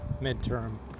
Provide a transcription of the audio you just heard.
mid-term